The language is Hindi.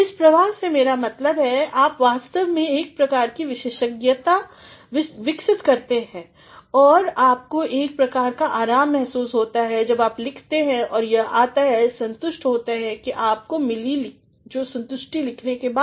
इस प्रवाह से मेरा मतलब है आप वास्तव में एक प्रकार की विशेषज्ञता विकसित करते हैं आपको एक प्रकार का आराम महसूस होता है जब आप लिखते हैं और यह आता है संतुष्टि से जो आपको मिली लिखने के बाद